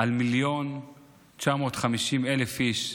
על 1,950,000 איש.